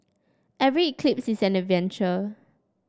every eclipse is an adventure